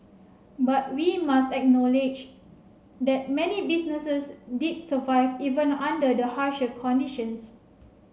but we must acknowledge that many businesses did survive even under the harsher conditions